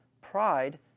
Pride